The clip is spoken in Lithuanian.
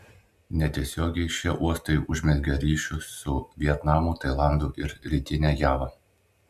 netiesiogiai šie uostai užmezgė ryšius su vietnamu tailandu ir rytine java